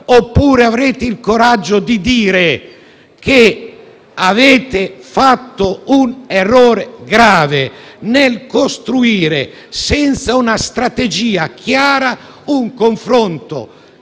oppure avrete il coraggio di dire che avete fatto un errore grave nel costruire una manovra senza una strategia chiara e un confronto